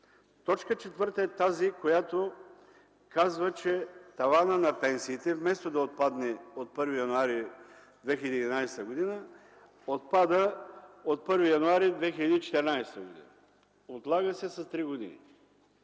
Точка 4 е тази, която казва, че таванът на пенсиите, вместо да отпадне от 1 януари 2011 г., отпада от 1 януари 2014 г. – отлага се с 3 г.